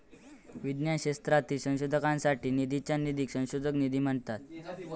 विज्ञान क्षेत्रातील संशोधनासाठी निधीच्या निधीक संशोधन निधी म्हणतत